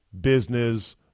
business